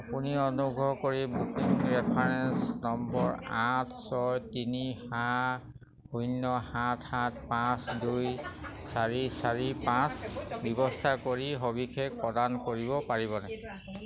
আপুনি অনুগ্ৰহ কৰি বুকিং ৰেফাৰেন্স নম্বৰ আঠ ছয় তিনি সাত শূন্য সাত সাত পাঁচ দুই চাৰি চাৰি পাঁচ ব্যৱস্থা কৰি সবিশেষ প্ৰদান কৰিব পাৰিবনে